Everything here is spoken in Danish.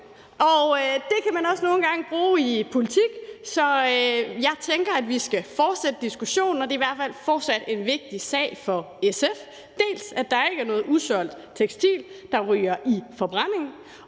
det kan man også nogle gange bruge i politik, så jeg tænker, at vi skal fortsætte diskussionen. Det er i hvert fald fortsat en vigtig sag for SF, dels at der ikke er noget usolgt tekstil, der ryger til forbrænding,